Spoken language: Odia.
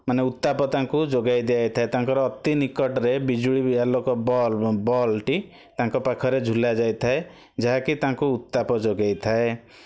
ମାନେ ଉତ୍ତାପ ତାଙ୍କୁ ଯୋଗାଇ ଦିଆଯାଇଥାଏ ତାଙ୍କର ଅତି ନିକଟରେ ବିଜୁଳୀ ବି ଆଲୋକ ବଲବ୍ ବଲବ୍ ଟି ତାଙ୍କ ପାଖରେ ଝୁଲା ଯାଇଥାଏ ଯାହାକି ତାଙ୍କୁ ଉତ୍ତାପ ଯୋଗାଇଥାଏ